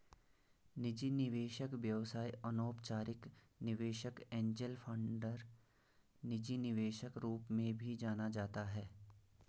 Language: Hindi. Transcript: निजी निवेशक व्यवसाय अनौपचारिक निवेशक एंजेल फंडर निजी निवेशक रूप में भी जाना जाता है